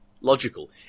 logical